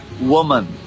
woman